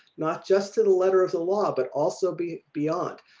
not just to the letter of the law, but also be beyond,